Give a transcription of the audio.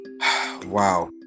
wow